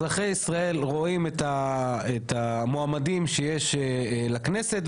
אזרחי ישראל רואים את המועמדים שיש לכנסת,